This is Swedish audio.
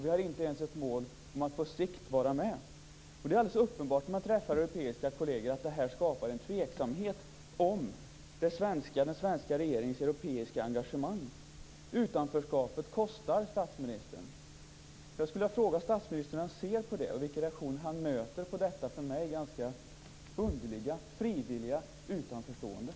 Vi har inte ens ett mål om att på sikt vara med. Det är alldeles uppenbart när man träffar europeiska kolleger att det här skapar en tveksamhet om den svenska regeringens europeiska engagemang. Utanförskapet kostar, statsministern! Jag skulle vilja fråga statsministern hur han ser på det här och vilka reaktioner han möter på det här för mig ganska underliga, frivilliga, utanförståendet.